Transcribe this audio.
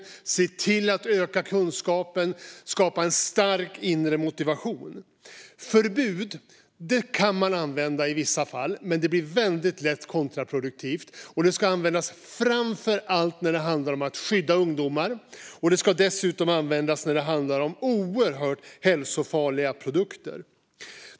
Det gäller att se till att öka kunskapen och skapa en stark inre motivation. Förbud kan man använda i vissa fall, men det blir väldigt lätt kontraproduktivt. Det ska användas framför allt när det handlar om att skydda ungdomar. Det ska dessutom användas när det handlar om oerhört hälsofarliga produkter.